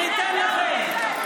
אני אתן לכם.